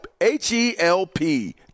H-E-L-P